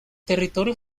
territorio